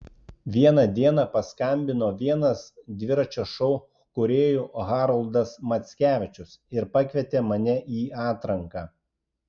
vieną dieną paskambino vienas dviračio šou kūrėjų haroldas mackevičius ir pakvietė mane į atranką